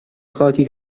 خاکی